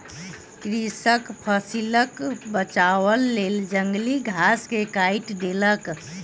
कृषक फसिलक बचावक लेल जंगली घास के काइट देलक